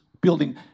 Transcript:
building